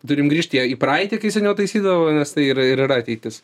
turim grįžti į praeitį kai seniau taisydavo nes tai yr ir yra ateitis